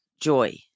joy